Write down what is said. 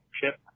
chip